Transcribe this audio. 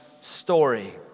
story